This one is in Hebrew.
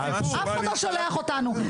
אף אחד לא שולח אותנו.